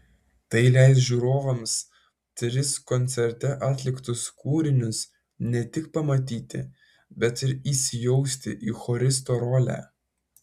tai leis žiūrovams tris koncerte atliktus kūrinius ne tik pamatyti bet ir įsijausti į choristo rolę